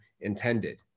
intended